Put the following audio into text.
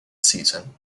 season